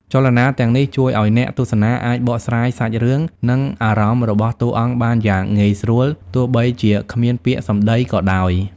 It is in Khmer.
ចលនាទាំងនេះជួយឲ្យអ្នកទស្សនាអាចបកស្រាយសាច់រឿង និងអារម្មណ៍របស់តួអង្គបានយ៉ាងងាយស្រួល ទោះបីជាគ្មានពាក្យសម្តីក៏ដោយ។